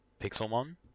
Pixelmon